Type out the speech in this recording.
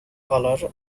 color